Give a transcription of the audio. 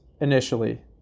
initially